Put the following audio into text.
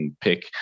pick